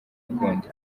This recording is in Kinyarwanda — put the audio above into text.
ukundi